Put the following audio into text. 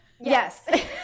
yes